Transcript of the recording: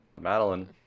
Madeline